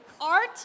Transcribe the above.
art